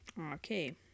Okay